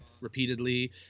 repeatedly